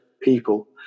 people